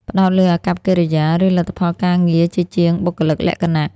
ផ្តោតលើអាកប្បកិរិយា ឬលទ្ធផលការងារជាជាងបុគ្គលិកលក្ខណៈ។